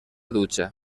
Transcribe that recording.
dutxa